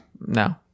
No